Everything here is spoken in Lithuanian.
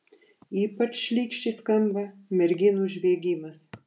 ypač šlykščiai skamba merginų žviegimas